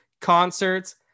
concerts